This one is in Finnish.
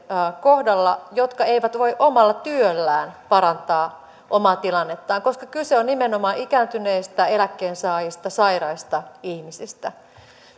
kohdalla jotka eivät voi omalla työllään parantaa omaa tilannettaan koska kyse on nimenomaan ikääntyneistä eläkkeensaajista sairaista ihmisistä